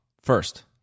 First